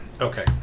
Okay